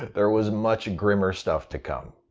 there was much grimmer stuff to come.